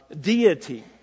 deity